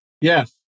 Yes